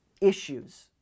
issues